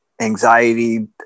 anxiety